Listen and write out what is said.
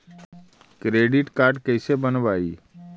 Credit card कैसे बनवाई?